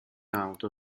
auto